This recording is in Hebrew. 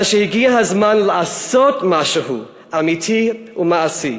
אלא שהגיע הזמן לעשות משהו אמיתי ומעשי.